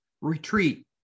retreat